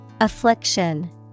Affliction